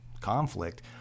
conflict